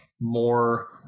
more